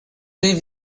leave